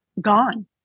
gone